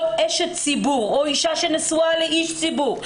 כל אשת ציבור או אישה נשואה לאיש ציבור,